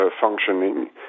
functioning